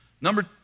Number